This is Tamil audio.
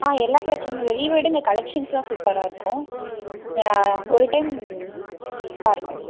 ஆ எல்லா கலெக்ஷன் வெளியே விட இங்கே கலெக்ஷன்ஸ்ஸெலாம் சூப்பராக இருக்கும் ஒரு டைம் பாருங்க